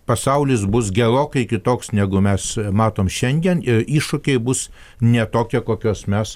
pasaulis bus gerokai kitoks negu mes matom šiandien ir iššūkiai bus ne tokie kokiuos mes